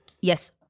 Yes